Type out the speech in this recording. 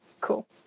cool